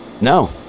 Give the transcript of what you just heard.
No